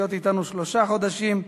להיות אתנו שלושה חודשים.